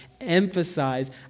emphasize